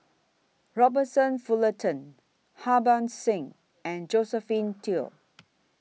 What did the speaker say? Robert Fullerton Harbans Singh and Josephine Teo